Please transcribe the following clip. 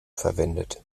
verwendet